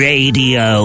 Radio